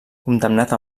condemnat